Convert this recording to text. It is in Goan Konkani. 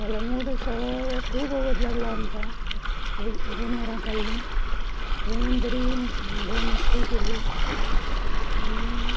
कळंगूट सगलें खूब वोगोत लागलो आमकां एक दोन वरां काडलीं थंय बरी मजा मस्ती केली आनी